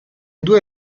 due